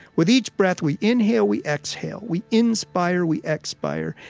with each breath we inhale, we exhale. we inspire, we expire.